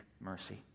mercy